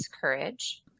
courage